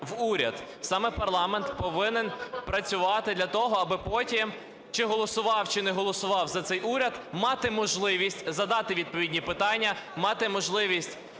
в уряд. Саме парламент повинен працювати для того, аби потім, чи голосував, чи не голосував за цей уряд, мати можливість задати відповідні питання, мати можливість